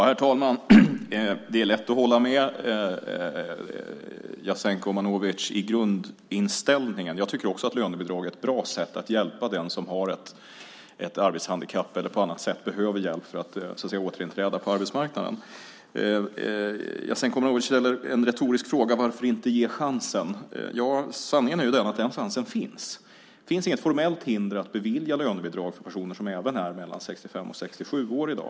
Herr talman! Det är lätt att hålla med Jasenko Omanovic i grundinställningen. Jag tycker också att lönebidrag är ett bra sätt att hjälpa den som har ett arbetshandikapp eller på annat sätt behöver hjälp för att återinträda på arbetsmarknaden. Jasenko Omanovic ställer en retorisk fråga: Varför inte ge chansen? Ja, sanningen är ju att den chansen finns. Det finns inget formellt hinder för att bevilja lönebidrag även för personer som är mellan 65 och 67 år.